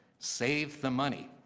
save the money.